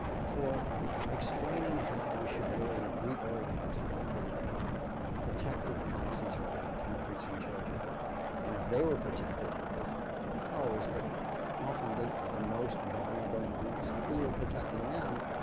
for explaining how we should really reorient our protective policies around infants and children and if they were protected, not always but often, the the most vulnerable among us, if we were protecting them,